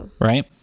Right